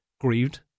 grieved